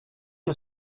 you